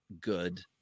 good